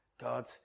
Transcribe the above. God